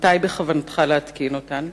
מתי בכוונתך להתקין אותן?